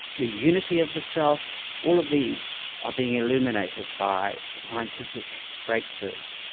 the unity of the self all of these are being illuminated by scientific breakthroughs.